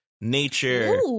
nature